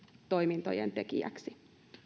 toimintojen tekijäksi